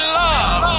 love